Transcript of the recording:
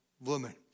women